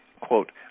quote